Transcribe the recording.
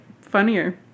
funnier